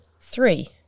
three